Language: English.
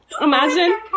Imagine